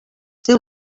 seu